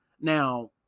Now